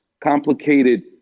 complicated